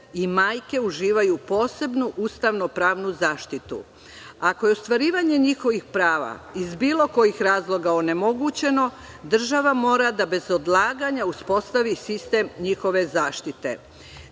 i majke uživaju posebnu ustavno pravnu zaštitu. Ako je ostvarivanje njihovih prava iz bilo kojih razloga onemogućeno, država mora da bez odlaganja uspostavi sistem njihove zaštite.